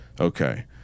Okay